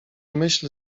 myśl